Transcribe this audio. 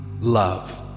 love